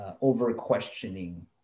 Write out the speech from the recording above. over-questioning